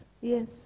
Yes